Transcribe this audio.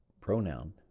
pronoun